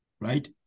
right